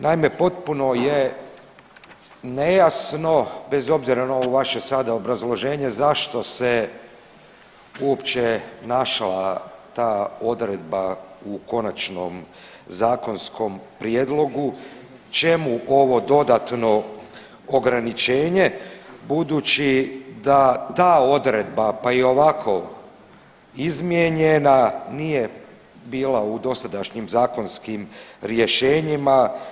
Naime, potpuno je nejasno bez obzira na ovo vaše sada obrazloženje zašto se uopće našla ta odredba u konačnom zakonskom prijedlogu, čemu ovo dodatno ograničenje budući da ta odredba pa i ovako izmijenjena nije bila u dosadašnjim zakonskim rješenjima?